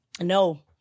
No